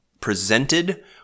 presented